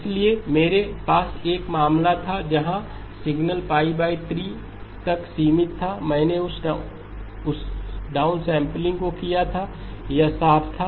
इसलिए मेरे पास एक मामला था जहां सिग्नल 3 तक सीमित था मैंने उस डाउनसैंपलिंग को किया था यह साफ था